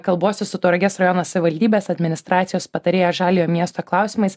kalbuosi su tauragės rajono savivaldybės administracijos patarėja žaliojo miesto klausimais